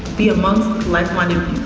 be amongst, like my